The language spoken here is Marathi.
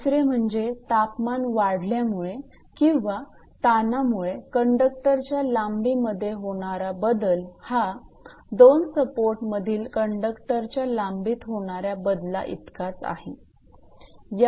दुसरे म्हणजे तापमान वाढल्यामुळे किंवा ताणामुळे कंडक्टरच्या लांबी मध्ये होणारा बदल हा दोन सपोर्ट मधील कंडक्टरच्या लांबीत होणाऱ्या बदला इतकाच असेल